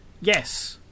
Yes